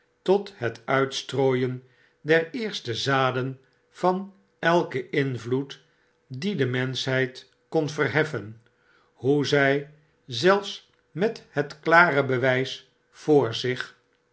tot het uitstrooien der eerste zaden van elken invloed die de menschheid kon verheffen hoe zy zelfs met het klare bewijs voor zich